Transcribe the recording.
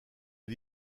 les